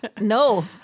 no